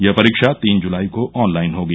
यह परीक्षा तीन जुलाई को ऑनलाइन होगी